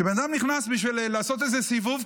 כשבן-אדם נכנס בשביל לעשות איזה סיבוב,